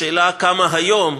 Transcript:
השאלה כמה היום,